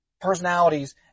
personalities